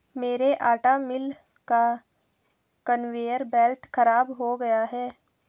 मेरे आटा मिल का कन्वेयर बेल्ट खराब हो गया है